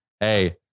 hey